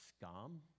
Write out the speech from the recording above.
scum